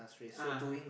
(uh huh)